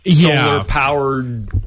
solar-powered